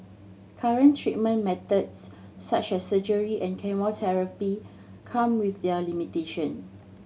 current treatment methods such as surgery and chemotherapy come with their limitation